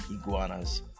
iguanas